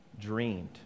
dreamed